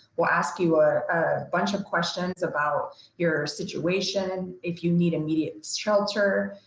we'll ask you a bunch of questions about your situation. if you need immediate shelter,